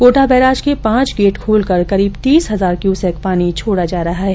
Kota barrage के पांच gate खोलकर करीब तीस हजार क्यूसेक पानी छोड़ा जा रहा है